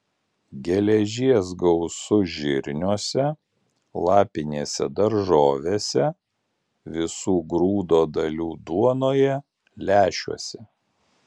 geležies gausu žirniuose lapinėse daržovėse visų grūdo dalių duonoje lęšiuose